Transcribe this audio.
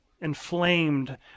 inflamed